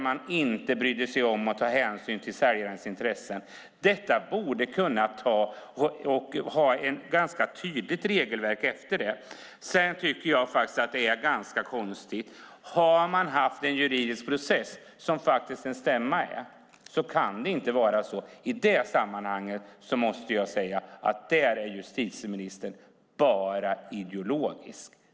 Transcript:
Man brydde sig inte om att ta hänsyn till säljarens intressen. Vi borde kunna utforma ett ganska tydligt regelverk efter det. Sedan tycker jag faktiskt att det är ganska konstigt med ofta återkommande stämmor. Har man haft en juridisk process, som faktiskt en stämma är, kan det inte vara så. I det sammanhanget måste jag säga att justitieministern bara är ideologisk.